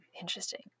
Interesting